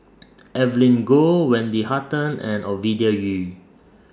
Evelyn Goh Wendy Hutton and Ovidia Yu